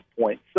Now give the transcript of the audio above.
point